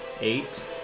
Eight